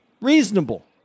reasonable